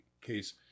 case